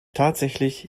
tatsächlich